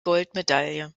goldmedaille